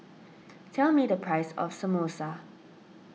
tell me the price of Samosa